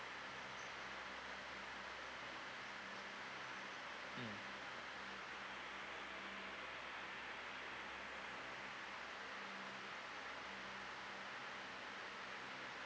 mm